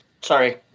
Sorry